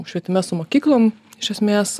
švietime su mokyklom iš esmės